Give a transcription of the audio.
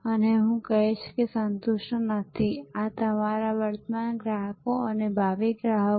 તેથી તે લગભગ ઓસ્કાર માટે નિમણૂક ઉમેદવાર હતી